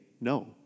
no